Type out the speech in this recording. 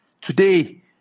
Today